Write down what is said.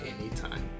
Anytime